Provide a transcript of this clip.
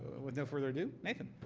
with no further ado, nathan.